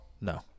No